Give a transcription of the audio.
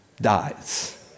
dies